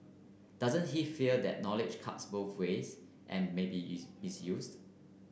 doesn't he fear that knowledge cuts both ways and maybe is misused